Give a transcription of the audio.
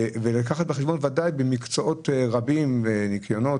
לקחת בחשבון מקצועות רבים כמו ניקיון,